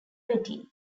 betty